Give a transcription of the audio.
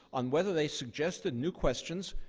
on whether they suggested new questions,